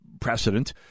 precedent